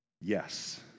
Yes